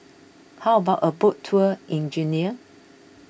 how about a boat tour in Guinea